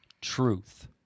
truth